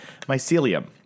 mycelium